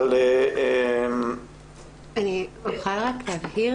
אבל --- אני יכולה רק להבהיר